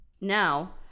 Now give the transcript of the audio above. Now